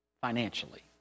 financially